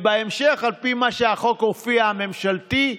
ובהמשך על פי מה שבחוק הממשלתי הופיע: